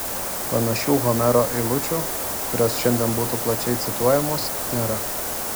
panašių homero eilučių kurios šiandien būtų plačiai cituojamos nėra